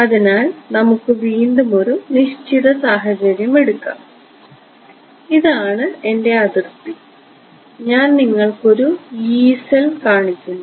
അതിനാൽ നമുക്ക് വീണ്ടും ഒരു നിശ്ചിത സാഹചര്യം എടുക്കാം ഇതാണ് എന്റെ അതിർത്തി ഞാൻ നിങ്ങൾക്ക് ഒരു യീ സെൽ കാണിക്കുന്നു